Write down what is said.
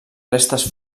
restes